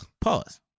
Pause